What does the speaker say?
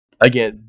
Again